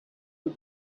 but